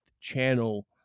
channel